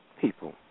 people